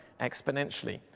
exponentially